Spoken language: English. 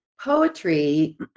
Poetry